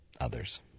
others